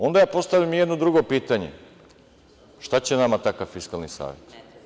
Onda postavljam i jedno drugo pitanje – šta će nama takav Fiskalni savet?